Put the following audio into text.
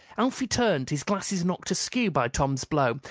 alfie turned, his glasses knocked askew by tom's blow,